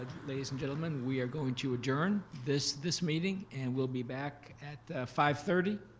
ladies and gentlemen, we are going to adjourn this this meeting and we'll be back at five thirty,